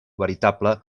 veritable